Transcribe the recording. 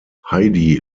heidi